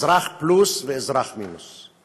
אזרח פלוס ואזרח מינוס.